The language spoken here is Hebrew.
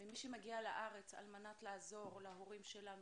לעובדי חקלאות,